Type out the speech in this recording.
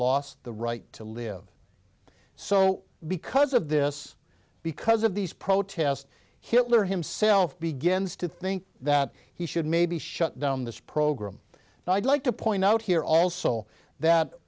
lost the right to live so because of this because of these protests hitler himself begins to think that he should maybe shut down this program and i'd like to point out here also that